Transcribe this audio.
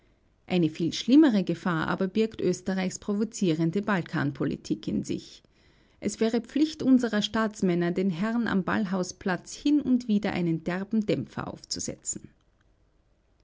eine viel schlimmere gefahr aber birgt österreichs provozierende balkanpolitik in sich es wäre pflicht unserer staatsmänner den herren am ballhausplatz hin und wieder einen derben dämpfer aufzusetzen